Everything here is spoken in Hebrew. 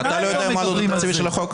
גם אתה לא יודע מה העלות התקציבית של החוק?